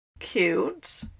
Cute